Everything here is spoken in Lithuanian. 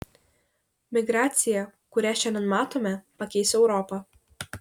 migracija kurią šiandien matome pakeis europą